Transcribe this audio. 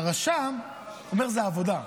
הרשע אומר שזו עבודה.